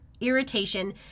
irritation